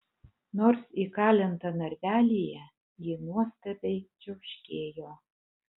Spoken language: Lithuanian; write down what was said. nors įkalinta narvelyje ji nuostabiai čiauškėjo